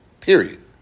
Period